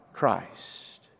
Christ